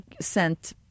sent